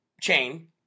chain